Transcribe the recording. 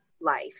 life